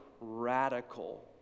radical